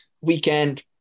weekend